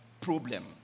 problem